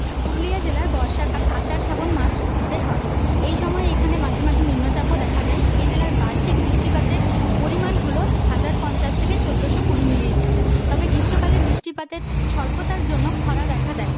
পুরুলিয়া জেলার বর্ষাকাল আষাঢ় শ্রাবণ মাস জুড়ে হয় এই সময় এখানে মাঝে মাঝে এখানে নিম্নচাপও দেখা দেয় এই জেলার বার্ষিক বৃষ্টিপাতের পরিমাণ হল হাজার পঞ্চাশ থেকে চোদ্দোশো কুড়ি মিলিলিটার তবে গ্রীষ্মকালে বৃষ্টিপাতের স্বল্পতার জন্য খরা দেখা দেয়